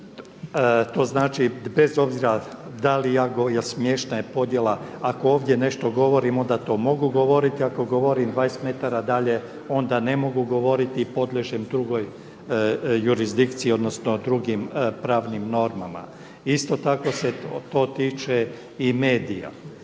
to znači bez obzira jel smiješna je podjela ako ovdje nešto govorim onda to mogu govoriti, ako govorim 20 metara dalje onda ne mogu govoriti i podliježem drugoj jurisdikciji odnosno drugim pravnim normama. Isto tako se to tiče i medija,